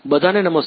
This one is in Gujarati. બધા ને નમસ્કાર